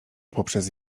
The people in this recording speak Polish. poprzez